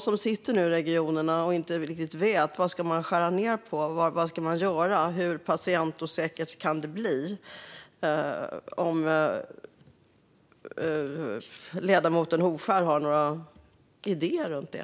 Nu sitter man i regionerna och vet inte riktigt vad man ska skära ned på, vad man kan göra och hur patientosäkert det kan bli. Har ledamoten Hovskär några idéer om det?